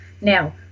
Now